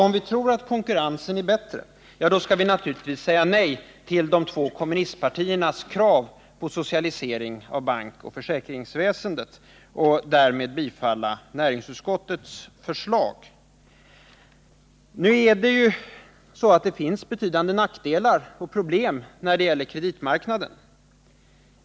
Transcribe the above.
Om vi tror att konkurrensen är bättre, då skall vi naturligtvis säga nej till de två kommunistpartiernas krav på socialisering av bankoch försäkringsväsendet och därmed bifalla näringsutskottets förslag. Nu är det ju så att det finns betydande nackdelar och problem när det gäller kreditmarknaden.